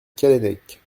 callennec